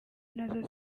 nazo